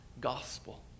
gospel